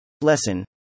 Lesson